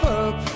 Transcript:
up